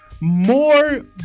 more